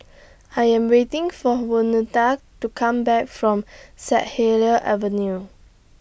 I Am waiting For Waneta to Come Back from Saint Helier's Avenue